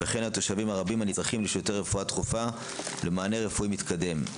וכן לתושבים הרבים הנצרכים לשירותי רפואה דחופה ולמענה רפואי מתקדם.